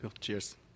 Cheers